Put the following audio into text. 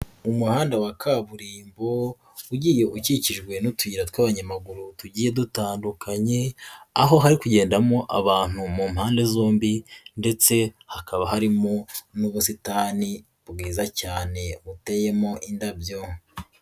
Umuhanda wa kaburimbo ugiye ukikijwe n'utuyira tw'abanyamaguru tugiye dutandukanye, aho hari kugendamo abantu mu mpande zombi ndetse hakaba harimo n'ubusitani bwiza cyane buteyemo indabyo.